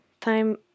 time